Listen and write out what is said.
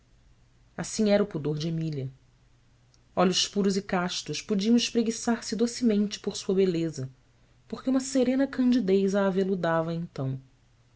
assim era o pudor de emília olhos puros e castos podiam espreguiçar se docemente por sua beleza porque uma serena candidez a aveludava então